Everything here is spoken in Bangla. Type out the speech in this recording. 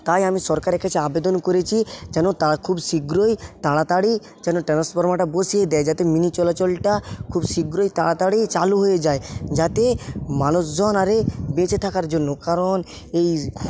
তাই আমি সরকারের কাছে আবেদন করেছি যেন তারা খুব শীঘ্রই তাড়াতড়ি ট্রান্সফরমারটা বসিয়ে দেয় যাতে মিনি চলাচলটা খুব শীঘ্রই তাড়াতাড়ি চালু হয়ে যায় যাতে মানুষজন আরে বেঁচে থাকার জন্য কারণ এই